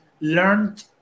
learned